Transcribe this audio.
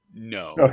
No